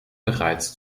bereits